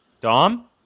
Dom